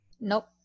nope